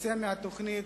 יצאו מהתוכנית.